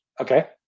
Okay